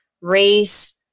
race